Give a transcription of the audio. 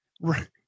Right